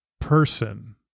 person